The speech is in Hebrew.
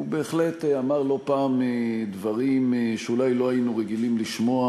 הוא בהחלט אמר לא פעם דברים שאולי לא היינו רגילים לשמוע,